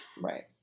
Right